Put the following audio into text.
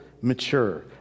mature